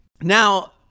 Now